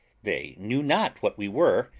they knew not what we were,